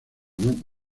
mano